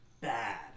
Bad